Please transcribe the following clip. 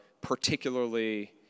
particularly